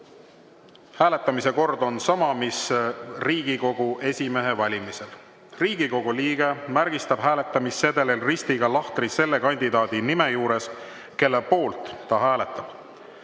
Hääletamise kord on sama, mis Riigikogu esimehe valimisel. Riigikogu liige märgistab hääletamissedelil ristiga lahtri selle kandidaadi nime juures, kelle poolt ta hääletab.